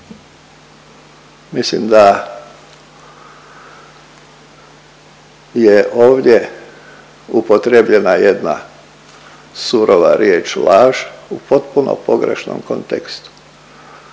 Mislim da je ovdje upotrjebljena jedna surova riječ laž u potpuno pogrešnom kontekstu.